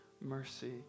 mercy